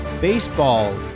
baseball